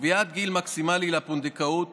קביעת גיל מקסימלי לפונדקאות